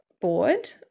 board